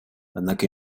однако